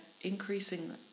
increasingly